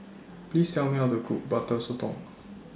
Please Tell Me How to Cook Butter Sotong